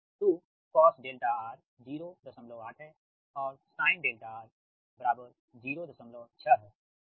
तो cosR 08 है और sinR 06 है ठीक